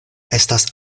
estas